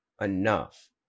enough